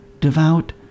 devout